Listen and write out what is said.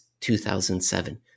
2007